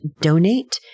donate